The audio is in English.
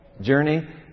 journey